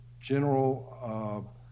General